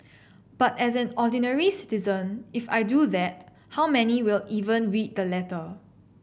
but as an ordinary citizen if I do that how many will even read the letter